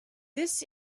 this